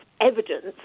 evidence